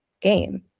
game